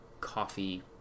coffee